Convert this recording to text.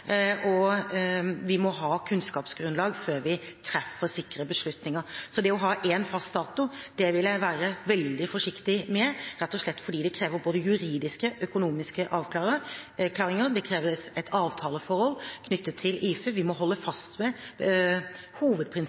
og vi må ha kunnskapsgrunnlag før vi treffer sikre beslutninger. Det å ha én fast dato, vil jeg være veldig forsiktig med, rett og slett fordi det krever både juridiske og økonomiske avklaringer, det kreves et avtaleforhold knyttet til IFE, og vi må holde fast